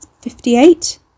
Fifty-eight